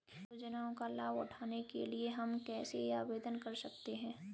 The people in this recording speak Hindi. योजनाओं का लाभ उठाने के लिए हम कैसे आवेदन कर सकते हैं?